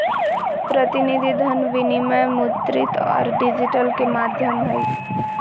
प्रतिनिधि धन विनिमय मुद्रित और डिजिटल के माध्यम हइ